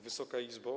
Wysoka Izbo!